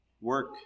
work